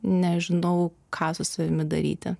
nežinojau ką su savimi daryti